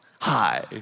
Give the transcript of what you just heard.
Hi